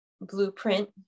blueprint